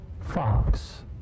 Fox